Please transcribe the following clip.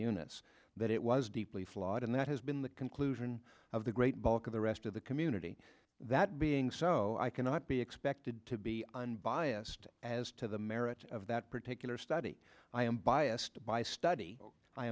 units that it was deeply flawed and that has been the conclusion of the great bulk of the rest of the community that being so i cannot be expected to be unbiased as to the merits of that particular study i am biased by study i